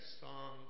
song